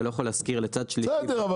אתה לא יכול להשכיר לצד שלישי --- בסדר,